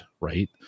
Right